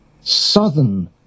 southern